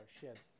ships